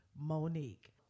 Monique